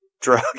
drug